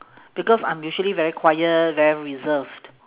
because I'm usually very quiet very reserved